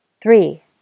three